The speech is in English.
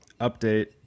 update